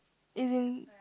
as in